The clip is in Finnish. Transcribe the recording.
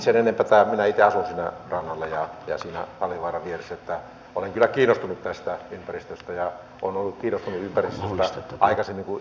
minä itse asun siinä rannalla ja siinä talvivaaran vieressä että olen kyllä kiinnostunut tästä ympäristöstä ja olen ollut kiinnostunut ympäristöstä aikaisemmin kuin ehkä yksikään teistä